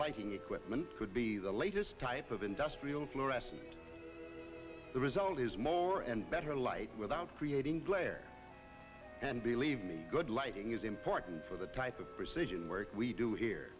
lighting equipment could be the latest type of industrial fluorescent the result is more and better light without creating glare and believe good lighting is important for the type of precision work we do here